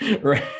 right